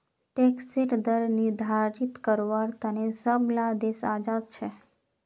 टैक्सेर दर निर्धारित कारवार तने सब ला देश आज़ाद छे